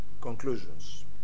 conclusions